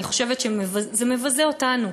אני חושבת שזה מבזה אותנו,